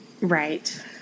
Right